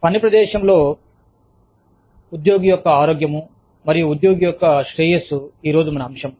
పని ప్రదేశంలో ఉద్యోగి యొక్క ఆరోగ్యము మరియు ఉద్యోగి శ్రేయస్సు ఈరోజు మన అంశము